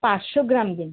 পাঁচশো গ্রাম দিন